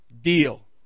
deal